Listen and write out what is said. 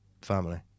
family